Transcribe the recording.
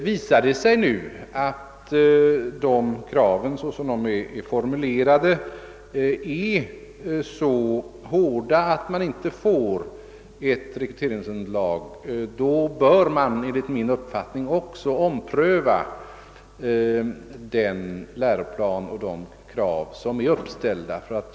Om det visar sig att de kraven är så hårda att vi inte får ett tillräckligt rekryteringsunderlag, bör man enligt min uppfattning också ompröva de uppställda kraven och den läroplan som följes.